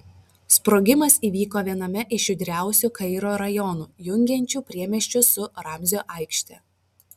sprogimas įvyko viename iš judriausių kairo rajonų jungiančių priemiesčius su ramzio aikšte